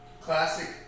classic